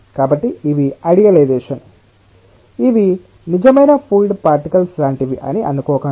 కాబట్టి ఇవి ఐడియలైజెషన్ ఇవి నిజమైన ఫ్లూయిడ్ పార్టికల్స్ లాంటివి అని అనుకోకండి